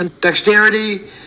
dexterity